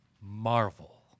marvel